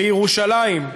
לירושלים,